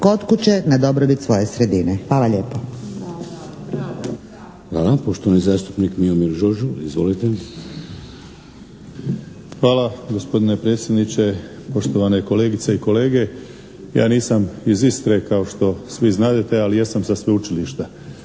kod kuće na dobrobit svoje sredine. Hvala lijepo. **Šeks, Vladimir (HDZ)** Hvala. Poštovani zastupnik Miomir Žužul, izvolite. **Žužul, Miomir (HDZ)** Hvala gospodine predsjedniče, poštovane kolegice i kolege. Ja nisam iz Istre kao što svi znadete ali jesam sa sveučilišta.